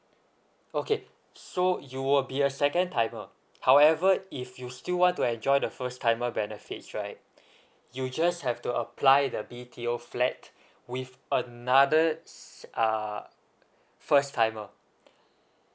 okay so you will be a second timer however if you still want to enjoy the first timer benefits right you just have to apply the B_T_O flat with another uh first timer